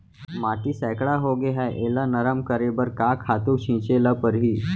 माटी सैकड़ा होगे है एला नरम करे बर का खातू छिंचे ल परहि?